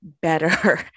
better